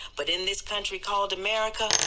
but in this country called america,